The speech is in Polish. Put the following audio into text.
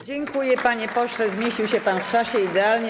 Dziękuję, panie pośle, zmieścił się pan w czasie idealnie.